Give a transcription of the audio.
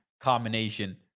combination